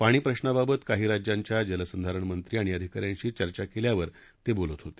पाणी प्रश्नाबाबत काही राज्यांच्या जलसंधारण मंत्री आणि अधिका यांशी चर्चा केल्यानंतर ते बोलत होते